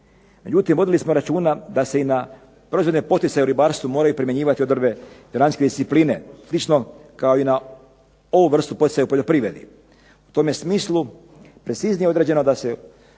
Međutim, vodili smo računa da se i na proizvodne poticaje u ribarstvu moraju primjenjivati odredbe financijske discipline, slično kao i na ovu vrstu poticaja u poljoprivredi. U tome smislu preciznije je određeno da se